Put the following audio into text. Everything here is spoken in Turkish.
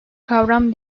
kavram